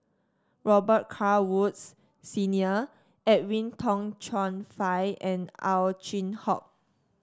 Robet Carr Woods Senior Edwin Tong Chun Fai and Ow Chin Hock